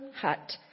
Hut